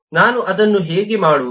ನಾನು ಅದನ್ನು ಹೇಗೆ ಮಾಡುವುದು